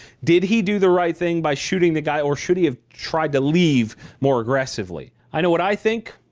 did he do the right thing by shooting the guy or should he have tried to leave more aggressively? i know what i think,